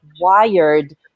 wired